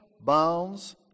bounds